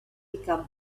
become